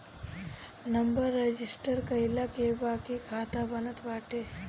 number register कईला के बाके खाता बनत बाटे